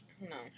No